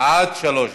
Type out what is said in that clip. עד שלוש דקות.